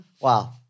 Wow